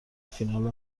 فینال